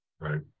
Right